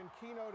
keynote